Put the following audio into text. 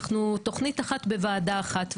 אנחנו תוכנית אחת בוועדה אחת.